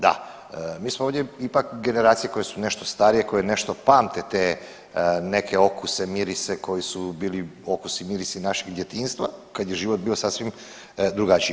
Da, mi smo ovdje ipak generacije koje su nešto starije, koje nešto pamte te neke okuse, mirise koji su bili, okusi i mirisi naših djetinjstva kad je život bio sasvim drugačiji.